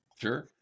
Sure